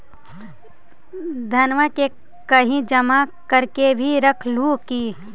धनमा के कहिं जमा कर के भी रख हू की?